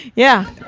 yeah,